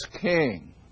King